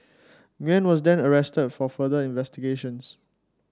Nguyen was then arrested for further investigations